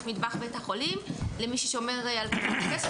מטבח בית החולים למי ששומר על כשרות פסח,